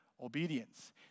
obedience